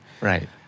Right